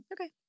okay